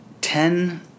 ten